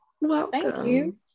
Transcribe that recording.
Welcome